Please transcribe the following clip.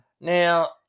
Now